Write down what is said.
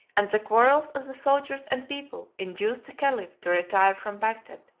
and the quarrels of the soldiers and people induced the caliph to retire from bagdad,